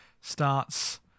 starts